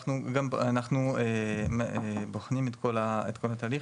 אנחנו בוחנים את כל התהליך,